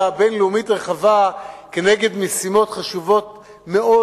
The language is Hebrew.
בין-לאומית רחבה כנגד משימות חשובות מאוד,